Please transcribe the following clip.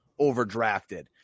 overdrafted